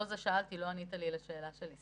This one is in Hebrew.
לא ענית על השאלה שלי.